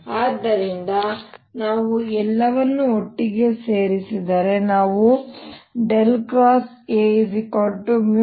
ಆದ್ದರಿಂದ ನಾನು ಎಲ್ಲವನ್ನೂ ಒಟ್ಟಿಗೆ ಸೇರಿಸಿದರೆ ನಾವುA04πmrr3 04πm